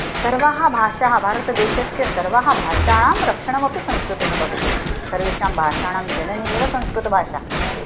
सर्वाः भाषाः भारतदेशस्य सर्वाणां भाषाणां रक्षणमपि संस्कृतेन भवति सर्वेषां भाषाणां जननी एव संस्कृतभाषा